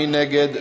מי נגד?